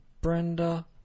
Brenda